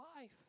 life